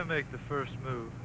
them make the first move